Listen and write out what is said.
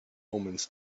omens